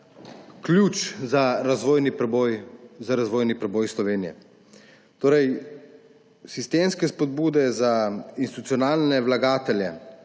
ključ za razvojni preboj Slovenije. Sistemske spodbude za institucionalne vlagatelje